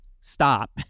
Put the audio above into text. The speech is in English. stop